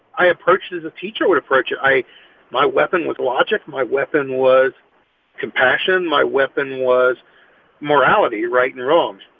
i approached it as a teacher would approach it. i my weapon was logic. my weapon was compassion. my weapon was morality, right and wrong